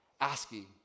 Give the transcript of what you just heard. asking